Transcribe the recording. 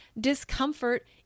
discomfort